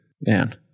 Man